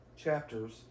chapters